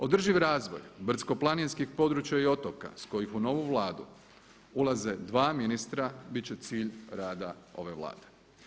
Održiv razvoj brdsko-planinskih područja i otoka s kojih u novu Vladu ulaze 2 ministra bit će cilj rada ove Vlade.